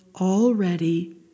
already